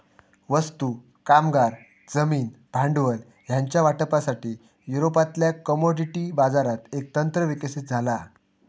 वस्तू, कामगार, जमीन, भांडवल ह्यांच्या वाटपासाठी, युरोपातल्या कमोडिटी बाजारात एक तंत्र विकसित झाला हा